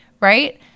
Right